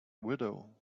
widow